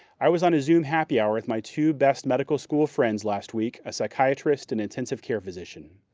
i was on a zoom happy hour with my two best medical school friends last week, a psychiatrist and intensive care physician.